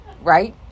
Right